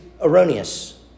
erroneous